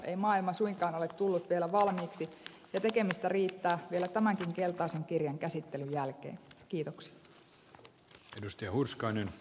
ei maailma suinkaan ole tullut vielä valmiiksi ja tekemistä riittää vielä tämänkin keltaisen kirjan käsittelyn jälkeen kiitokset risti hurskainen